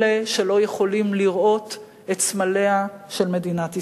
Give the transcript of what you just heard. אלה שלא יכולים לראות את סמליה של מדינת ישראל.